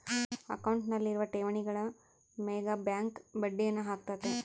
ಅಕೌಂಟ್ನಲ್ಲಿರುವ ಠೇವಣಿಗಳ ಮೇಗ ಬ್ಯಾಂಕ್ ಬಡ್ಡಿಯನ್ನ ಹಾಕ್ಕತೆ